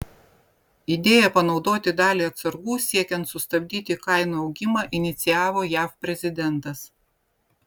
idėją panaudoti dalį atsargų siekiant sustabdyti kainų augimą inicijavo jav prezidentas